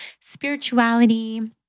spirituality